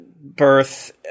birth